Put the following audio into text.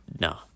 No